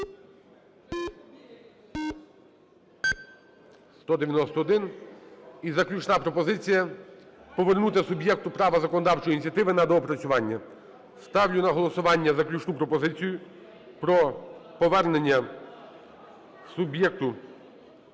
За-191 І заключна пропозиція – повернути суб'єкту права законодавчої ініціативи на доопрацювання. Ставлю на голосування заключну пропозицію - про повернення суб'єкту законодавчої ініціативи на доопрацювання.